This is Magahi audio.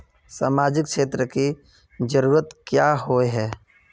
सामाजिक क्षेत्र की जरूरत क्याँ होय है?